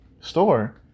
store